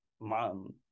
mom